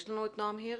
לא נמצא.